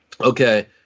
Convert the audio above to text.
okay